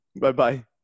Bye-bye